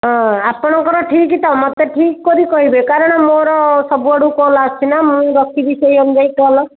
ହଁ ଆପଣଙ୍କର ଠିକ୍ ତ ମୋତେ ଠିକ୍ କରି କହିବେ କାରଣ ମୋର ସବୁଆଡ଼ୁ କଲ୍ ଆସୁଛି ନା ମୁଁ ରଖିବି ସେହି ଅନୁଯାୟୀ କଲ୍